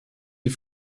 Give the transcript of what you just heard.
die